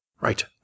Right